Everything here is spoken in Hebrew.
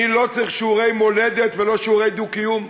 אני לא צריך שיעורי מולדת ולא שיעורי דו-קיום.